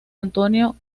antonio